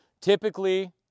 typically